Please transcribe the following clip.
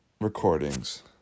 recordings